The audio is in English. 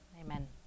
amen